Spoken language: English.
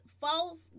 false